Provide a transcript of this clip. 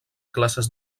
classes